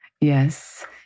Yes